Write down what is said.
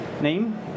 name